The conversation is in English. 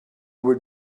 would